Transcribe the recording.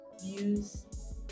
views